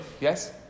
Yes